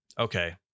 Okay